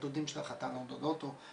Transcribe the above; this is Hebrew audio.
הדודים או הדודות של החתן,